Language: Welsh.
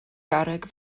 garreg